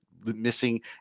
missing